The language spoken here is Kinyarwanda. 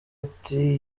ati